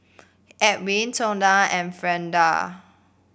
Elwin Tonda and Freida